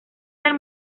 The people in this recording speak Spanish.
del